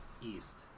East